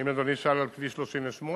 האם אדוני שאל על כביש 38?